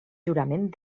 jurament